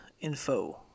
info